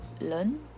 learn